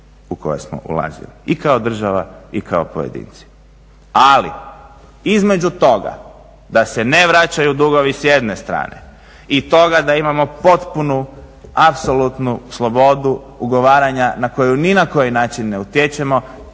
u koje smo ulazili i kao država i kao pojedinci. Ali između toga da se ne vraćaju dugovi s jedne strane i toga da imamo potpuno apsolutnu slobodu ugovaranja na koju ni na koji način ne utječemo.